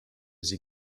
sie